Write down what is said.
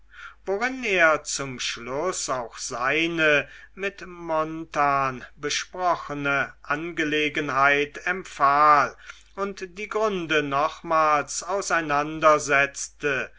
worin er zum schluß auch seine mit jarno besprochene angelegenheit empfahl und die gründe nochmals auseinandersetzte